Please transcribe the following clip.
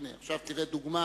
הנה, עכשיו תראה דוגמה